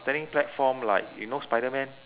standing platform like you know spiderman